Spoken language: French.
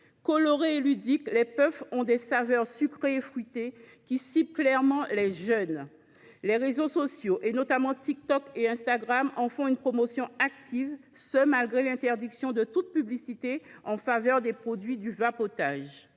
Colorées et ludiques, les puffs ont des saveurs sucrées et fruitées, qui ciblent clairement les jeunes. Les réseaux sociaux, notamment TikTok et Instagram, en font une promotion active, malgré l’interdiction de toute publicité en faveur des produits du vapotage.